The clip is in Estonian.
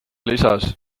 lisas